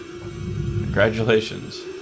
Congratulations